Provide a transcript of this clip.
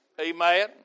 Amen